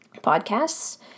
podcasts